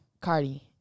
cardi